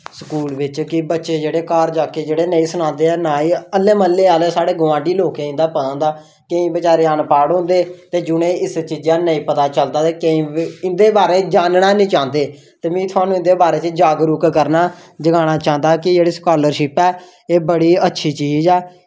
ते स्कूल बिच ते बच्चे जेह्ड़े घर जाइयै नां ई सनांदे हैन साढ़े म्हल्लै आह्लें गोआंढी लोकें गी इंदा पता होंदा ते बेचारे अनपढ़ होंदे ते जिनेंगी इस चीज़ां दा पता नेईं चलदा ते केईं इंदे बारै ई जानना निं चाहंदे ते सानूं उनेंगी उंदे बारै च जागरूक करना ते जगाना चाहंदा की जेह्ड़ी स्कॉलरशिप ऐ ओह् बड़ी अच्छी चीज़ ऐ